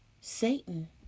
Satan